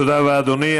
תודה רבה, אדוני.